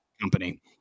company